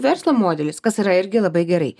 verslo modelis kas yra irgi labai gerai